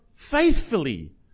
faithfully